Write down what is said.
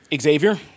Xavier